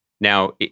Now